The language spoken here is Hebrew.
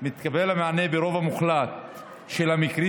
מתקבל המענה ברוב המוחלט של המקרים